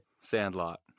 Sandlot